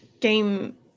game